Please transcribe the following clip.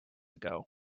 ago